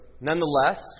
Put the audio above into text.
nonetheless